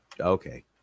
okay